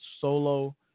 solo